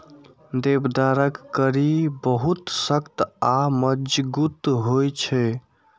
देवदारक कड़ी बहुत सख्त आ मजगूत होइ छै